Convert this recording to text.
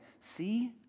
see